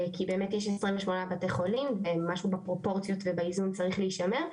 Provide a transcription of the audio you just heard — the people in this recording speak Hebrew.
כי באמת יש 28 בתי חולים ומשהו בפרופורציות ובאיזון צריך להישמר,